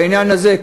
בעניין הזה,